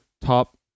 top